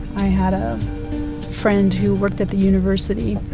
i had a friend who worked at the university.